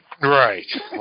Right